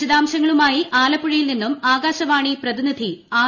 വിശദാംശങ്ങളുമായി ആല്പ്പുഴയിൽ നിന്നും ആകാശവാണി പ്രതിനിധി ആർ